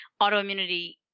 autoimmunity